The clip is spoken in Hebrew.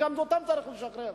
גם אותם צריך לשחרר.